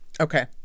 okay